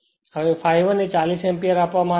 હવે ∅1 એ 40 એમ્પીયર આપવામાં આવ્યું છે